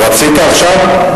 רצית עכשיו?